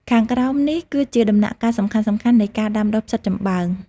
ខាងក្រោមនេះគឺជាដំណាក់កាលសំខាន់ៗនៃការដាំដុះផ្សិតចំបើង